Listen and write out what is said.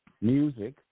music